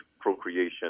procreation